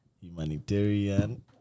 humanitarian